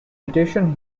addition